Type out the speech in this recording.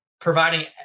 providing